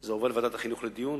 זה עובר לוועדת החינוך לדיון,